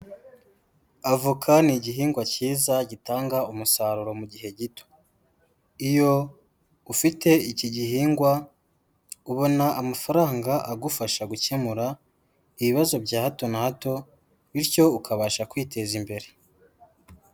Avoka ni igihingwa cyiza gitanga umusaruro mu gihe gito. Iyo ufite iki gihingwa ubona amafaranga agufasha gukemura ibibazo bya hato na hato bityo ukabasha kwiteza imbere.